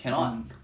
um